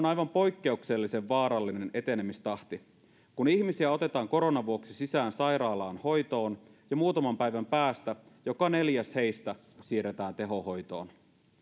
aivan poikkeuksellisen vaarallinen etenemistahti kun ihmisiä otetaan koronan vuoksi sisään sairaalaan hoitoon jo muutaman päivän päästä joka neljäs heistä siirretään tehohoitoon